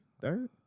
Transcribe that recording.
Third